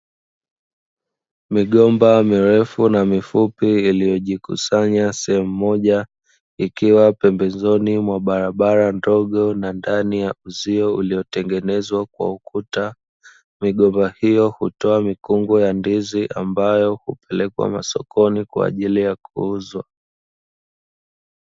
Migomba mirefu na mifupi iliyojikusanya sehemu moja, ikiwa pembezoni mwa barabara ndogo na ndani ya uzio uliotengenezwa kwa ukuta. Migomba hiyo hutoa mikungu ya ndizi ambayo hupelekwa sokoni kwa ajili ya kuuzwa.